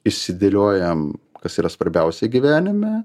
išsidėliojam kas yra svarbiausia gyvenime